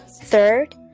third